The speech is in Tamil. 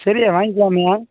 சரிய்யா வாங்கிக்கிலாம்யா